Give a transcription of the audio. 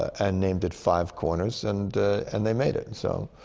and named it five corners. and and they made it. and so.